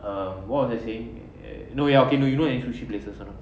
err what was I saying no ya okay no you know any sushi places or not